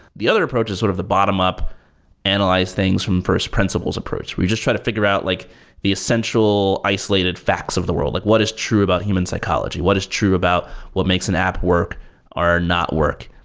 the other approach is sort of the bottom-up analyze things from first principles approach where you just try to figure out like the essential isolated facts of the world. like what is true about human psychology? what is true about what makes an app work or not work?